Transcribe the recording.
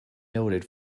noted